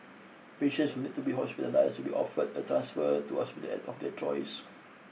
patients who need to be hospitalised will be offered a transfer to hospital at of their choice